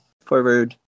forward